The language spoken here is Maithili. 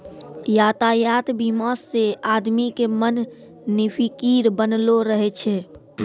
यातायात बीमा से आदमी के मन निफिकीर बनलो रहै छै